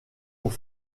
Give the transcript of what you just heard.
aux